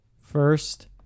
first